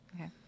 Okay